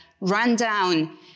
rundown